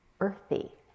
earthy